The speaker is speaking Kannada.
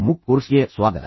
ಮೂಕ್ ಕೋರ್ಸ್ಗೆ ಸ್ವಾಗತ